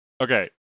Okay